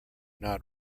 not